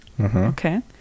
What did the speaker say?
Okay